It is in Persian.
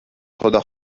خدا